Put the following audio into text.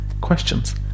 questions